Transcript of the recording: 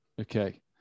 Okay